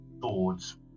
swords